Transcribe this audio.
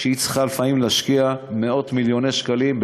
והיא צריכה לפעמים להשקיע מאות-מיליוני שקלים,